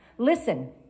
Listen